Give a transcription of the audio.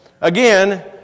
Again